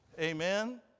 Amen